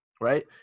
Right